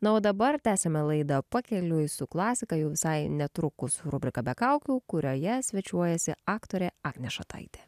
na o dabar tęsiame laidą pakeliui su klasika jau visai netrukus rubrika be kaukių kurioje svečiuojasi aktorė agnė šataitė